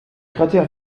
cratère